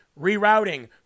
rerouting